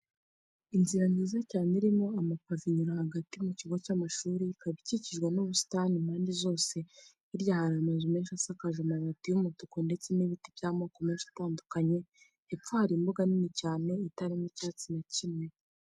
Inzira nziza cyane irimo amapave inyura hagati mu kigo cy'amashuri, ikaba ikikijwe n'ubusitani impande zose, hirya hari amazu menshi asakaje amabati y'umutuku, ndetse n'ibiti by'amoko menshi atandukanye. Hepfo hari imbuga nini cyane itarimo icyatsi na kimwe.